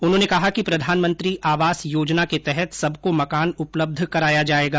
उन्होंने कहा कि प्रधानमंत्री आवास योजना के तहत सबको मकान उपलब्ध कराया जाएगा